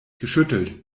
geschüttelt